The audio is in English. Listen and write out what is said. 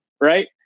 Right